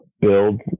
build